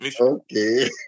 Okay